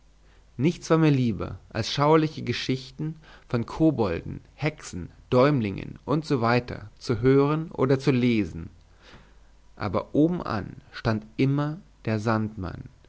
nichts war mir lieber als schauerliche geschichten von kobolten hexen däumlingen usw zu hören oder zu lesen aber obenan stand immer der sandmann